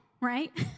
right